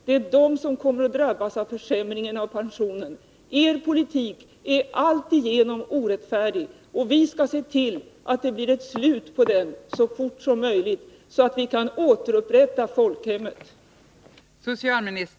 Det är de som kommer att drabbas av försämringen av pensionerna. Er politik är alltigenom orättfärdig. Vi skall se till att det blir ett slut på den så snart som möjligt, så att vi kan återupprätta folkhemmet.